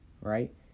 right